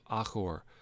Achor